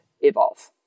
evolve